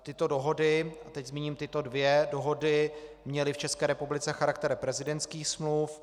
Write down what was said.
Tyto dohody, a teď zmíním tyto dvě dohody, měly v České republice charakter prezidentských smluv.